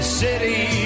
city